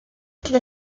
the